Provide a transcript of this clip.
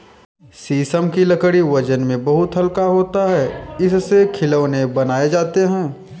शीशम की लकड़ी वजन में बहुत हल्का होता है इससे खिलौने बनाये जाते है